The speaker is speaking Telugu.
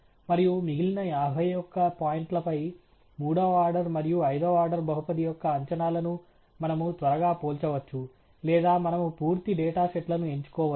మరియు మిగిలిన యాభై ఒక్క పాయింట్లపై మూడవ ఆర్డర్ మరియు ఐదవ ఆర్డర్ బహుపది యొక్క అంచనాలను మనము త్వరగా పోల్చవచ్చు లేదా మనము పూర్తి డేటా సెట్లను ఎంచుకోవచ్చు